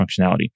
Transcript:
functionality